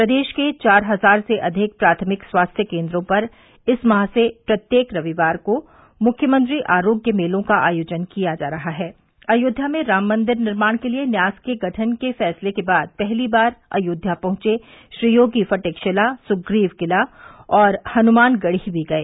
प्रदेश के चार हजार से अधिक प्राथमिक स्वास्थ्य केंद्रों पर इस माह से प्रत्येक रविवार को मुख्यमंत्री आरोग्य मेलों का आयोजन किया जा रहा है अयोध्या में राममंदिर निर्माण के लिए न्यास के गठन के फैसले के बाद पहली बार अयोध्या पहुंचे श्री योगी फटिक शिला सुग्रीव किला और हनुमानगढ़ी भी गए